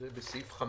סעיף 5